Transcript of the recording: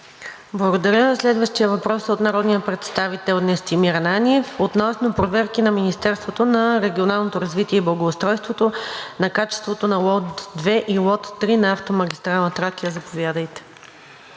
Благодаря Ви. Следващият въпрос е от народния представител Настимир Ананиев относно проверки на Министерството на регионалното развитие и благоустройството на качеството на Лот 2 и Лот 3 на автомагистрала „Тракия“. Заповядайте.